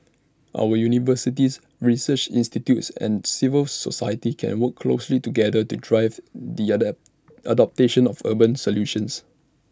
our universities research institutes and civil society can work closely together to drive the at adoption of urban solutions